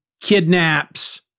kidnaps